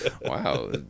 Wow